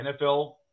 NFL